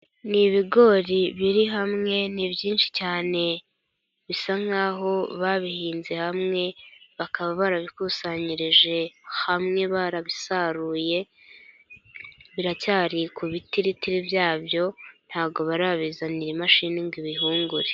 Ni ibigori biri hamwe, ni byinshi cyane bisa nk'aho babihinze hamwe, bakaba barabikusanyirije hamwe bara bisaruye, biracyari ku bitiritiri byabyo ntago barabizanira imashini ngo ibihungure.